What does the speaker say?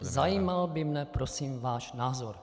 Zajímal by mě prosím váš názor.